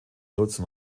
nutzen